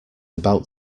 about